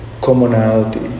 commonality